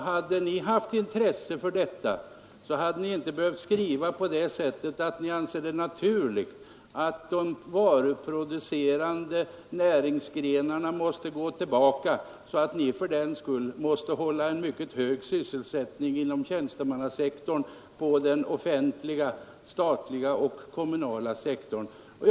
Hade ni haft intresse för detta, hade ni inte behövt skriva att ni anser det naturligt att de varuproducerande näringsgrenarna går tillbaka och att ni fördenskull måste hålla en mycket hög sysselsättning på den statliga och kommunala tjänstemannasektorn.